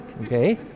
okay